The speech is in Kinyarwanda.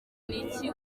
iki